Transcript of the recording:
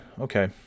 Okay